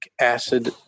acid